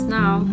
now